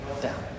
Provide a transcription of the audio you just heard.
down